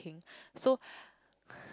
so